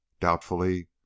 doubtfully